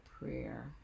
prayer